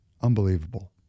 Unbelievable